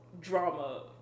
drama